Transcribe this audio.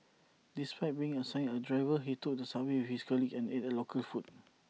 despite being assigned A driver he took the subway with his colleagues and ate local food